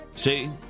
See